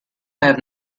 have